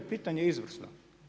Pitanje je izvrsno.